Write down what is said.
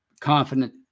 confident